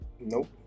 nope